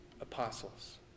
apostles